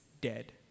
dead